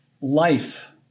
life